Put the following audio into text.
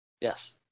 Yes